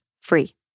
free